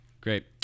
Great